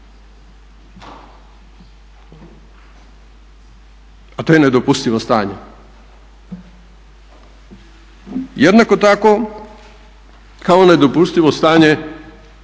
A to je nedopustivo stanje. Jednako tako kao nedopustivo stanje